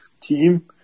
team